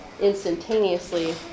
instantaneously